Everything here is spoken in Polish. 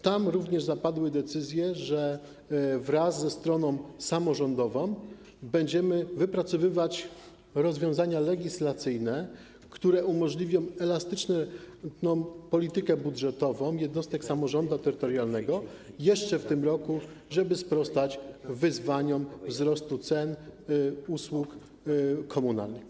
Tam również zapadły decyzje, że wraz ze stroną samorządową będziemy wypracowywać rozwiązania legislacyjne, które umożliwią elastyczną politykę budżetową jednostek samorządu terytorialnego jeszcze w tym roku, by sprostać wyzwaniom wzrostu cen usług komunalnych.